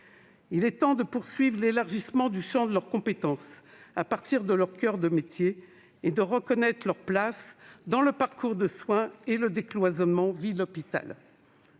II est temps de poursuivre l'élargissement du champ de compétences des sages-femmes à partir de leur coeur de métier, et de reconnaître leur place dans le parcours de soins, et le décloisonnement entre